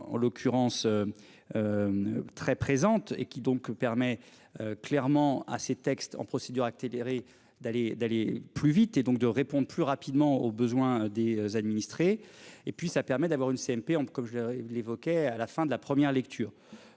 En l'occurrence. Très présente et qui donc permet clairement à ses textes en procédure accélérée d'aller d'aller plus vite et donc de répondre plus rapidement aux besoins des administrés et puis ça permet d'avoir une CMP comme je l'évoquais à la fin de la première lecture.